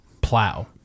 Plow